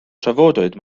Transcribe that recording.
trafodwyd